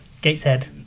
Gateshead